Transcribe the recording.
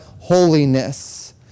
holiness